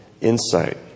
insight